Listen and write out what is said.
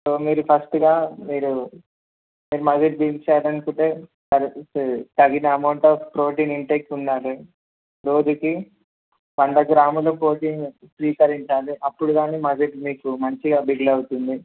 so మీరు ఫస్ట్గా మీరు మీరు మసల్ బిల్డ్ చేయాలనుకుంటే తగిన అమౌంట్ ఆఫ్ ప్రోటీన్ ఇంటేక్ ఉండాలి రోజుకి వంద గ్రాములు ప్రటీన్ స్వీకరించాలి అప్పుడు కానీ మసల్ మీకు మంచిగా బిడ్లవుతుంది